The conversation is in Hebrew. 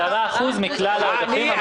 10% מכלל העודפים.